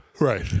right